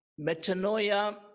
metanoia